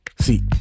See